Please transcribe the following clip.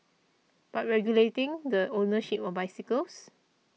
but regulating the ownership of bicycles